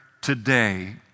today